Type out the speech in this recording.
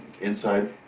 Inside